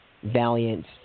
Valiant